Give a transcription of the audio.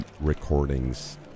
recordings